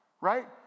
right